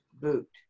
boot